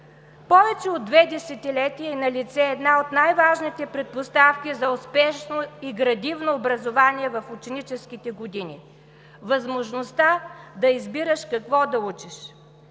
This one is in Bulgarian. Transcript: Повече от две десетилетия е налице една от най-важните предпоставки за успешно и градивно образование в ученическите години – възможността да избираш какво да учиш.